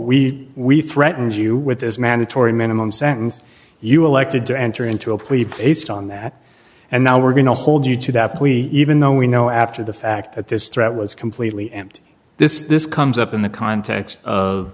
we we threatened you with this mandatory minimum sentence you elected to enter into a plea on that and now we're going to hold you to that point even though we know after the fact that this threat was completely empty this this comes up in the context of